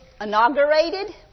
inaugurated